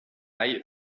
aille